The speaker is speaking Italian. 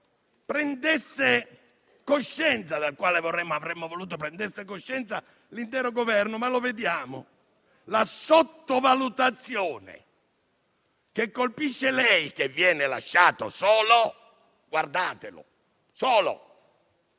pandemia, del quale avremmo voluto che prendesse coscienza l'intero Governo. Ma lo vediamo: la sottovalutazione che colpisce lei, che viene lasciato solo - guardatelo: è solo